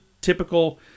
typical